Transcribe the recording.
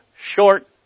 short